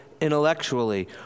intellectually